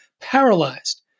paralyzed